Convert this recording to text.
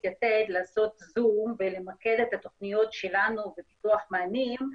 'יתד' לעשות זום ולמקד את התוכניות שלנו בפיתוח מענים,